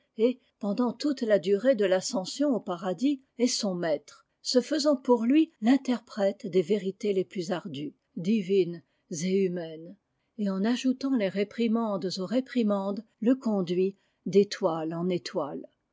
pendant toute la durée de l'ascension au paradis est son maître se faisant pour lui l'interprète des vérités les plus ardues divines et humaines et en aj outant les réprimandes auxréprlmandes leconduitd'étoile en étoile